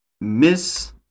miss